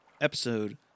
episode